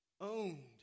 owned